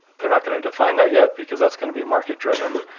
they're not going to define that yet because that's going to be market driven,